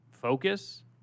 focus